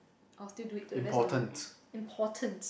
I'll still do it to the best on importance